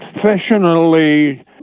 Professionally